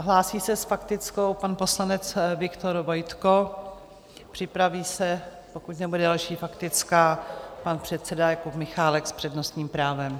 Hlásí se s faktickou pan poslanec Viktor Vojtko, připraví se, pokud nebude další faktická, pan předseda Jakub Michálek s přednostním právem.